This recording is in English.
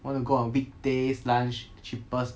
want to go on weekdays lunch cheapest